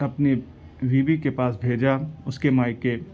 اپنے بیوی کے پاس بھیجا اس کے مائیکے